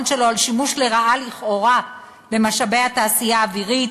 שלו על שימוש לרעה לכאורה במשאבי התעשייה האווירית,